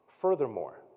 Furthermore